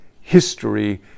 history